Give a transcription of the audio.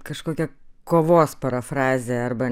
kažkokia kovos parafrazė arba